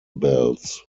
belts